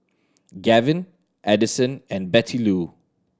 Gavyn Adison and Bettylou